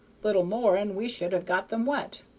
little more and we should have got them wet.